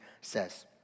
says